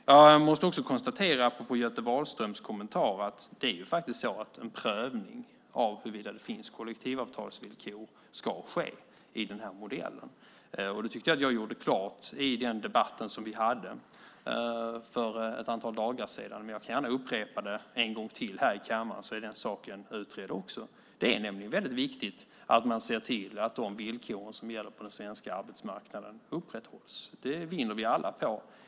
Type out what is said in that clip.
Jag måste också apropå Göte Wahlströms kommentar konstatera att en prövning av huruvida det finns kollektivavtalsvillkor ska ske i den här modellen. Jag tyckte att jag gjorde det klart i den debatt vi hade för ett antal dagar sedan, men jag kan gärna upprepa det en gång till här i kammaren, så är den saken utredd. Det är nämligen väldigt viktigt att man ser till att de villkor som gäller på den svenska arbetsmarknaden upprätthålls. Det vinner vi alla på.